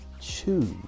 choose